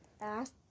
ask